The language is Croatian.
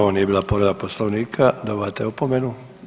Ovo nije bila povreda Poslovnika, dobivate opomenu.